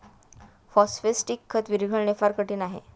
phosphatic खत विरघळणे फार कठीण आहे